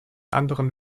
anderen